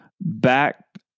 back